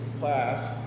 class